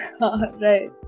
Right